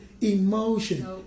emotion